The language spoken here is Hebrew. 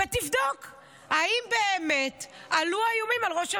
ותבדוק אם באמת עלו האיומים על ראש הממשלה.